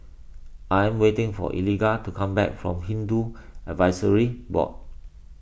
I am waiting for Eliga to come back from Hindu Advisory Board